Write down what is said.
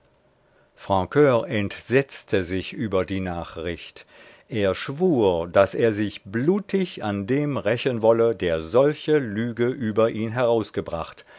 francur entsetzte sich über die nachricht er schwur daß er sich blutig an dem rächen wolle der solche lüge über ihn ausgebracht